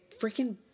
freaking